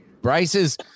Bryce's